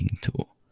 tool